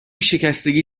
شکستگی